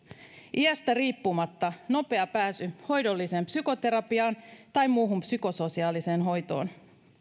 iästä riippumatta nopea pääsy hoidolliseen psykoterapiaan tai muuhun psykososiaaliseen hoitoon